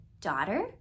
daughter